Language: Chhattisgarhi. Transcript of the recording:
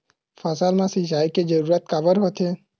फसल मा सिंचाई के जरूरत काबर होथे?